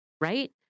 right